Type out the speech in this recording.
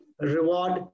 reward